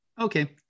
Okay